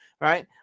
right